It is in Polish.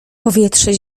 powietrze